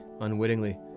unwittingly